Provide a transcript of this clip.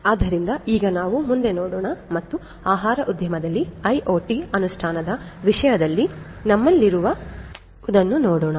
ಆದ್ದರಿಂದ ಈಗ ನಾವು ಮುಂದೆ ನೋಡೋಣ ಮತ್ತು ಆಹಾರ ಉದ್ಯಮದಲ್ಲಿ ಐಒಟಿ ಅನುಷ್ಠಾನದ ವಿಷಯದಲ್ಲಿ ನಮ್ಮಲ್ಲಿರುವುದನ್ನು ನೋಡೋಣ